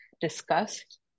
discussed